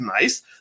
nice